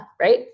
Right